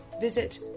visit